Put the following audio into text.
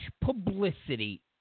publicity